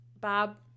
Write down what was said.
Bob